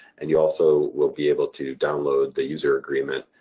and you also will be able to download the user agreement